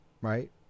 right